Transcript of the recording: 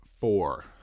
four